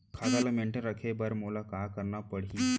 खाता ल मेनटेन रखे बर मोला का करना पड़ही?